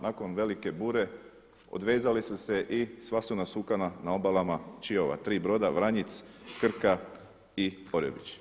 Nakon velike bure odvezali su se i sva su nasukana na obalama Čiova tri broda Vranjic, Krka i Orebić.